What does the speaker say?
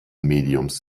mediums